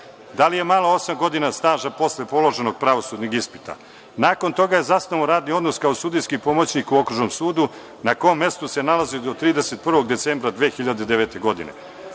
Da li je malo osam godina staža posle položenog pravosudnog ispita? Nakon toga je zasnovao radni odnos kao sudijski pomoćnik u Okružnom sudu na kom mestu se nalazio do 31. decembra 2009. godine. Od